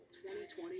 2020